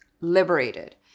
liberated